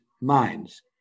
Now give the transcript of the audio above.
minds